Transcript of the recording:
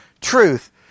truth